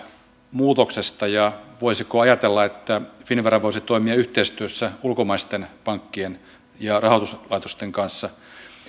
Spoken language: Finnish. muutoksesta ja siitä voisiko ajatella että finnvera voisi toimia yhteistyössä ulkomaisten pankkien ja rahoituslaitosten kanssa